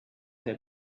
der